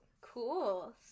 cool